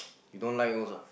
you don't like those ah